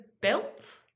belt